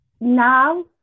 Now